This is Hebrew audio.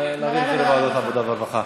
לעבודה ורווחה.